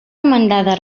demandada